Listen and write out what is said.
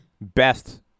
best